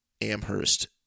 Amherst